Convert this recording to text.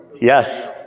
Yes